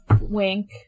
Wink